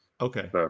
Okay